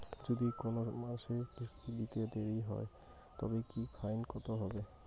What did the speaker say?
যদি কোন মাসে কিস্তি দিতে দেরি হয় তবে কি ফাইন কতহবে?